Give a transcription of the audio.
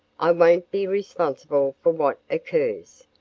i won't be responsible for what occurs.